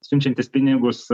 siunčiantis pinigus